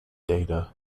data